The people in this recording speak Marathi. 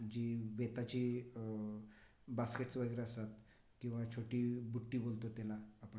जी बेताची बास्केट्स वगैरे असतात किंवा छोटी बुट्टी बोलतो त्याला आपण